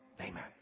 Amen